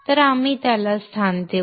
तर आपण त्याला स्थान देऊ